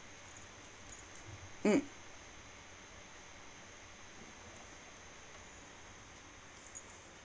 mm